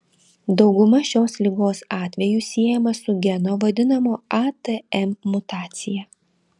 dauguma šios ligos atvejų siejama su geno vadinamo atm mutacija